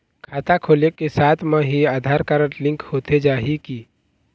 खाता खोले के साथ म ही आधार कारड लिंक होथे जाही की?